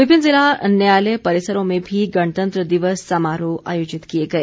विभिन्न जिला न्यायालय परिसरों में भी गणतंत्र दिवस समारोह आयोजित किए गए